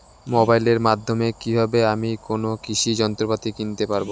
মোবাইলের মাধ্যমে কীভাবে আমি কোনো কৃষি যন্ত্রপাতি কিনতে পারবো?